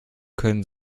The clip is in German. können